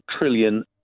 trillion